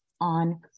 on